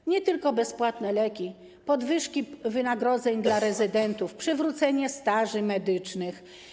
To nie tylko bezpłatne leki, podwyżki wynagrodzeń dla rezydentów, przywrócenie staży medycznych.